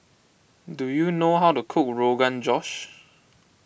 do you know how to cook Rogan Josh